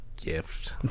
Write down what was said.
gift